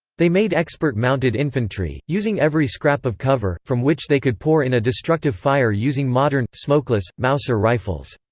they made expert mounted infantry, using every scrap of cover, from which they could pour in a destructive fire using modern, smokeless, mauser rifles.